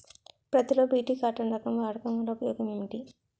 పత్తి లో BT cotton రకం వాడకం వల్ల ఉపయోగం ఏమిటి?